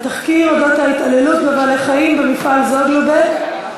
התחקיר על אודות ההתעללות בבעלי-חיים במפעל "זוגלובק",